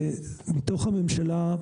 מתוך הממשלה,